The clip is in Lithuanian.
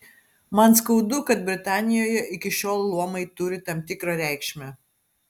man skaudu kad britanijoje iki šiol luomai turi tam tikrą reikšmę